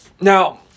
Now